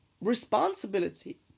responsibility